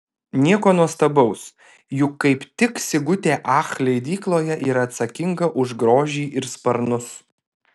nieko nuostabaus juk kaip tik sigutė ach leidykloje yra atsakinga už grožį ir sparnus